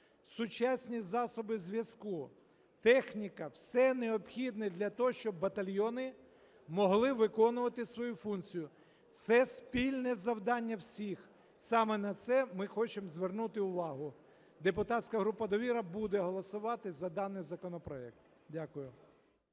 сучасні засоби зв'язку, техніка, все необхідне для того, щоб батальйони могли виконувати свою функцію. Це спільне завдання всіх. Саме на це ми хочемо звернути увагу. Депутатська група "Довіра" буде голосувати за даний законопроект. Дякую.